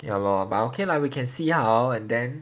ya lor but okay lah we can see how and then